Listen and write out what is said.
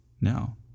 now